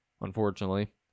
unfortunately